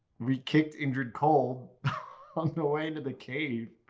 we kicked indrid cold on the way into the cave.